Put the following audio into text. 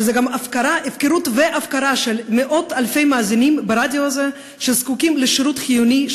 גם הפקרות והפקרה של מאות-אלפי מאזינים ברדיו הזה שזקוקים לשירות חיוני,